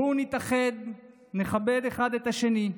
בואו נתאחד, נכבד אחד את השני,